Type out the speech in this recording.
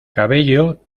cabello